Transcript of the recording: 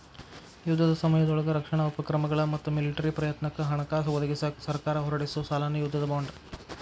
ಯುದ್ಧದ ಸಮಯದೊಳಗ ರಕ್ಷಣಾ ಉಪಕ್ರಮಗಳ ಮತ್ತ ಮಿಲಿಟರಿ ಪ್ರಯತ್ನಕ್ಕ ಹಣಕಾಸ ಒದಗಿಸಕ ಸರ್ಕಾರ ಹೊರಡಿಸೊ ಸಾಲನ ಯುದ್ಧದ ಬಾಂಡ್